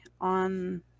on